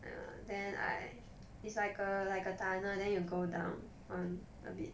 ya then I it's like a like a tunnel then you go down on a bit